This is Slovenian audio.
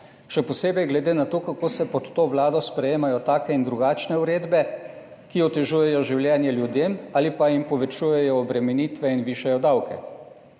še posebej glede na to, kako se pod to vlado sprejemajo take in drugačne uredbe, ki otežujejo življenje ljudem ali pa jim povečujejo obremenitve in višajo davke.